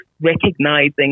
recognizing